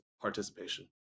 participation